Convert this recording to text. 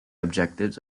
objectives